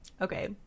Okay